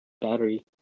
battery